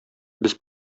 без